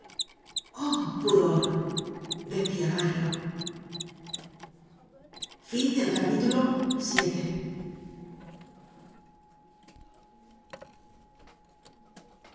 oh pudor decia mario